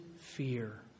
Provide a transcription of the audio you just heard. fear